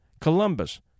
Columbus